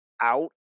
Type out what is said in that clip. out